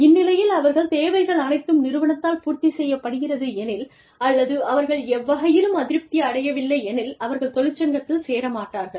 இந்நிலையில் அவர்கள் தேவைகள் அனைத்தும் நிறுவனத்தால் பூர்த்தி செய்யப்படுகிறது எனில் அல்லது அவர்கள் எவ்வகையிலும் அதிருப்தி அடையவில்லை எனில் அவர்கள் தொழிற்சங்கத்தில் சேர மாட்டார்கள்